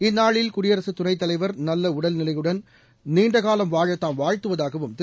இந்நாளில் குடியரசு துணைத் தலைவர் நல்ல உடல்நிலையுடன் நீண்ட காலம் வாழ தாம் வாழ்த்துவதாகவும் திரு